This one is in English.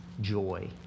joy